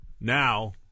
Now